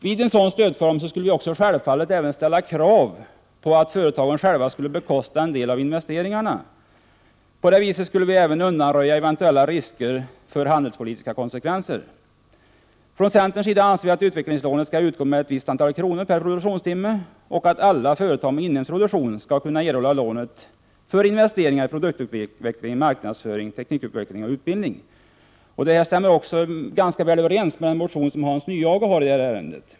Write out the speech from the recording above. Vid en sådan stödform skulle vi självfallet även ställa krav på att företagen själva bekostar en del av investeringarna. På det viset skulle vi även undanröja eventuella risker för handelspolitiska konsekvenser. Från centerns sida anser vi att utvecklingslånet skall utgå med ett visst antal kronor per produktionstimme och att alla företag med inhemsk produktion skall kunna erhålla lånet för investeringar i produktutveckling, marknadsföring, teknikutveckling och utbildning. Det stämmer ganska väl överens med en motion som Hans Nyhage väckt i det här ärendet.